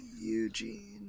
Eugene